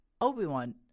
Obi-Wan